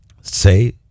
say